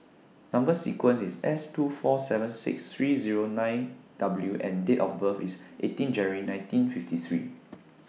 Number sequence IS S two four seven six three Zero nine W and Date of birth IS eighteen January nineteen fifty three